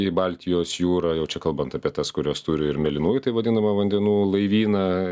į baltijos jūrą jau čia kalbant apie tas kurios turi ir mėlynųjų taip vadinamą vandenų laivyną